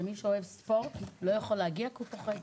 שמי שאוהב ספורט לא יכול להגיע כי הוא פוחד.